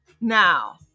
now